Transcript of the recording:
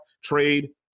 trade